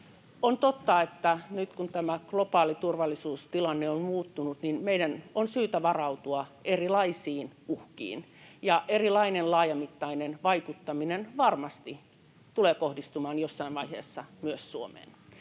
On totta, että nyt kun tämä globaali turvallisuustilanne on muuttunut, niin meidän on syytä varautua erilaisiin uhkiin ja erilainen laajamittainen vaikuttaminen varmasti tulee kohdistumaan jossain vaiheessa myös Suomeen.